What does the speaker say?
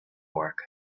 work